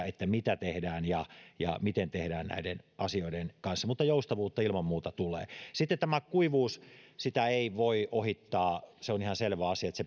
että mitä tehdään ja ja miten tehdään näiden asioiden kanssa mutta joustavuutta ilman muuta tulee sitten tämä kuivuus sitä ei voi ohittaa se on ihan selvä asia se